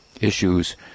issues